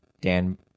Dan